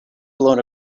blown